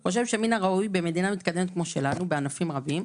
אני חושב שבמדינה מתקדמת בענפים רבים,